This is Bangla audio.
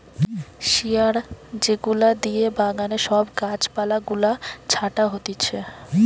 শিয়ার যেগুলা দিয়ে বাগানে সব গাছ পালা গুলা ছাটা হতিছে